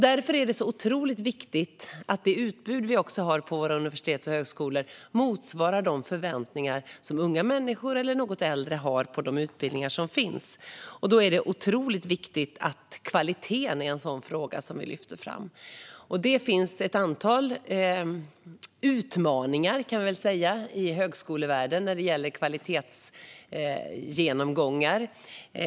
Därför är det otroligt viktigt att det utbud som vi har på våra universitet och högskolor motsvarar de förväntningar som unga människor eller något äldre har på de utbildningar som finns. Det är viktigt att vi lyfter fram kvaliteten. Det finns ett antal utmaningar i högskolevärlden när det gäller kvalitetsgenomgångar.